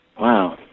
Wow